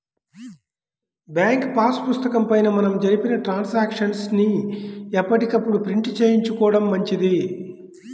bank pass పుస్తకం పైన మనం జరిపిన ట్రాన్సాక్షన్స్ ని ఎప్పటికప్పుడు ప్రింట్ చేయించుకోడం మంచిది